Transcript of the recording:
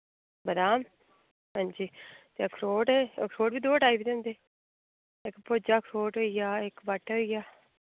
बदाम हां जी ते अखरोट अखरोट बी दो टाइप दे होंदे इक भुर्जा अखरोट होई गेआ इक बाटा होई गेआ